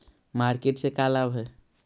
Market से का लाभ है?